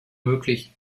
möglich